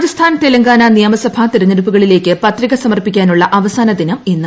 രാജസ്ഥാൻ തെലങ്കാന നിയമസഭാ തിരഞ്ഞെടുപ്പുകളിലേയ്ക്ക് പത്രിക സമർപ്പിക്കാനുള്ള അവസാന ദിനം ഇന്ന്